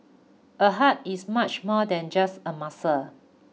a heart is much more than just a muscle